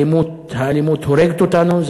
האלימות הורגת אותנו,